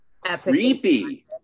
creepy